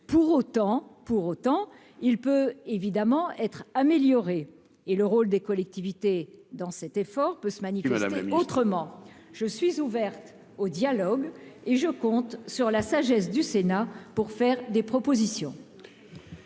Pour autant, ce pacte peut évidemment être amélioré, et le rôle des collectivités dans cet effort pourrait se manifester autrement. Je suis ouverte au dialogue et je compte sur la sagesse du Sénat pour formuler des propositions.